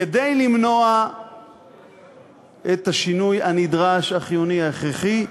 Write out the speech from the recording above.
כדי למנוע את השינוי הנדרש, החיוני, ההכרחי,